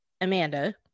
Amanda